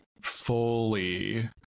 fully